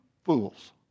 Fools